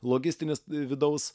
logistinis vidaus